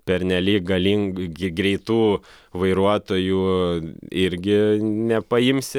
pernelyg galin gi greitų vairuotojų irgi nepaimsi